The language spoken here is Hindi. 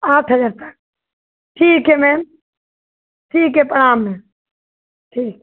आठ हज़ार का ठीक है मैम ठीक है प्रणाम है ठीक